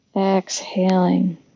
Exhaling